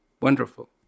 Wonderful